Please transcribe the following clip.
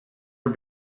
are